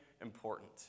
important